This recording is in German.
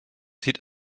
zieht